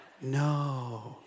No